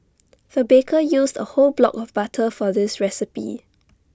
the baker used A whole block of butter for this recipe